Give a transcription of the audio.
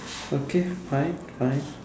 okay fine fine